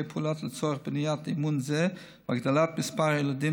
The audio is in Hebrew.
פעולה לצורך בניית אמון זה והגדלת מספר הילדים